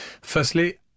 Firstly